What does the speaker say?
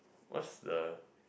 what's the